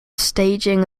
staging